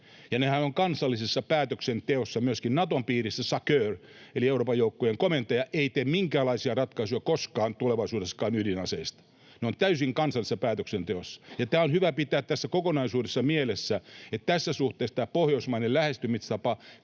Nehän ovat kansallisessa päätöksenteossa myöskin Naton piirissä; SACEUR eli Euroopan joukkojen komentaja ei tee minkäänlaisia ratkaisuja koskaan, tulevaisuudessakaan, ydinaseista. Ne ovat täysin kansallisessa päätöksenteossa. Tämä on hyvä pitää tässä kokonaisuudessa mielessä, että tässä suhteessa tämä pohjoismainen lähestymistapa